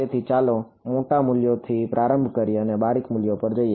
તેથી ચાલો મોટા મૂલ્યોથી પ્રારંભ કરીએ અને બારીક મૂલ્યો પર જઈએ